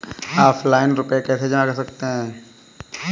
Offline रुपये कैसे जमा कर सकते हैं?